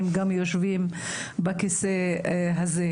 אחי, יוסף, על היוזמה הזו.